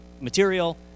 material